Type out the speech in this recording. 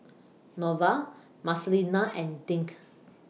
Norval Marcelina and Dink